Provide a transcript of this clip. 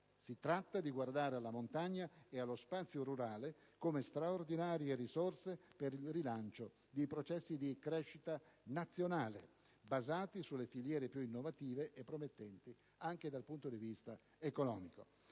si tratta di guardare alla montagna e allo spazio rurale come straordinarie risorse per il rilancio di processi di crescita nazionale basati sulle filiere più innovative e promettenti anche dal punto di vista economico.